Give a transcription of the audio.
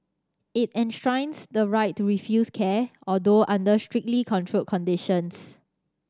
it enshrines the right to refuse care although under strictly controlled conditions